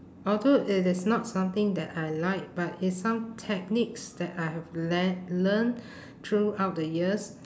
although it is not something that I like but it's some techniques that I have le~ learned throughout the years